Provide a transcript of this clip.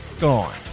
Gone